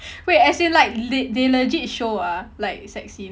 wait in as in like they they legit show ah like sex scene